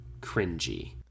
cringy